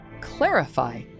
clarify